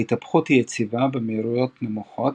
ההתהפכות היא יציבה במהירויות נמוכות,